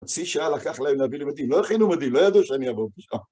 צי שעה לקח להם להביא לי מדיל, לא הכינו מדיל, לא ידעו שאני אבוא בשם.